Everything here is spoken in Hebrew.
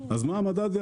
אז מה המדד?